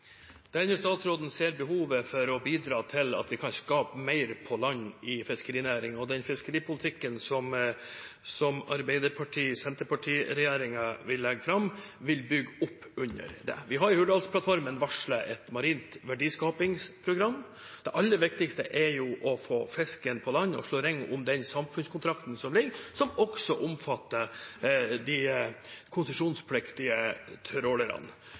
Denne statsråden ser behovet for å bidra til at vi kan skape mer på land i fiskerinæringen, og den fiskeripolitikken som Arbeiderparti–Senterparti-regjeringen vil legge fram, vil bygge opp under det. Vi har i Hurdalsplattformen varslet et marint verdiskapingsprogram. Det aller viktigste er å få fisken på land og slå ring om den samfunnskontrakten som finnes, som også omfatter de konsesjonspliktige trålerne.